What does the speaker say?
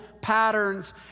patterns